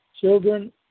children